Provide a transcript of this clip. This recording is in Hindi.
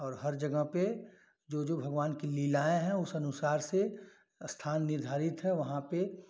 और हर जगह पे जो जो भगवान कि लीलाएँ हैं उस अनुसार से स्थान निर्धारित है वहाँ पे